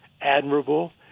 admirable